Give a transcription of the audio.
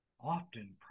often